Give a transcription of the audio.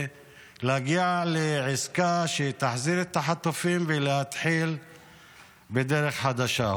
ולהגיע לעסקה שתחזיר את החטופים ולהתחיל בדרך חדשה.